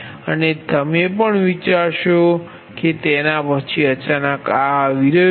અને તમે પણ વિચારશો કે તેના પછી અચાનક આ આવી રહ્યું છે